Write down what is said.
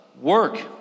work